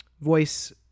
voice